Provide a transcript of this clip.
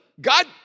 God